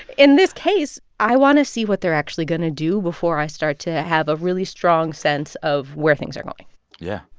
in this case, i want to see what they're actually going to do before i start to have a really strong sense of where things are going yeah.